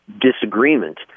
disagreement